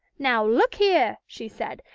now look here, she said,